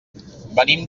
venim